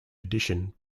addition